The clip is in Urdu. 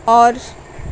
اور